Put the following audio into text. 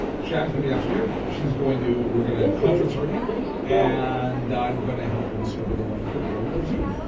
shannon's gonna be downstairs, she's going to, we're gonna conference her in and i'm gonna help her discover the wonderful world of zoom.